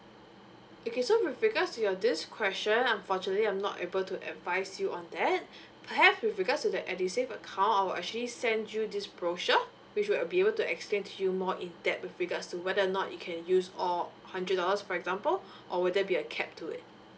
okay so with regards to your this question unfortunately I'm not able to advise you on that perhaps with regards to the edusave account I will actually send you this brochure which will be able to explain to you more in depth with regards to whether or not you can use all hundred dollars for example or will there be a cap to it